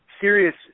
serious